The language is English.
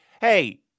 hey